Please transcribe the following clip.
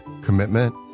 commitment